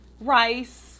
rice